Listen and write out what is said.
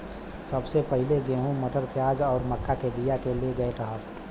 सबसे पहिले गेंहू, मटर, प्याज आउर मक्का के बिया के ले गयल रहल